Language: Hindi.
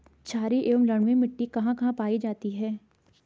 छारीय एवं लवणीय मिट्टी कहां कहां पायी जाती है?